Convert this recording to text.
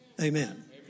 Amen